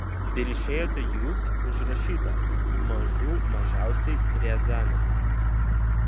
ir išėjote jūs užrašyta mažų mažiausiai riazanė